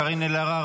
קארין אלהרר,